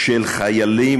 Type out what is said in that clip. של חיילים,